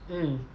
mm